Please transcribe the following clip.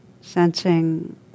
sensing